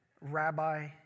rabbi